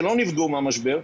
שלא נפגעו מהמשבר,